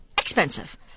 expensive